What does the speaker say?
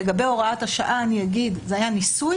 לגבי הוראת השעה זה היה ניסוי,